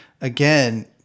again